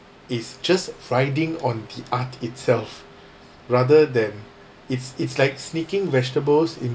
it's just riding on the art itself rather than it's it's like sneaking vegetables in